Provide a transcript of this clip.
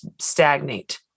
stagnate